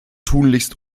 tunlichst